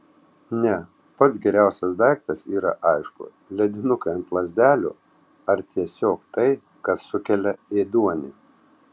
ne pats geriausias daiktas yra aišku ledinukai ant lazdelių ar tiesiog tai kas sukelia ėduonį